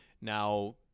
now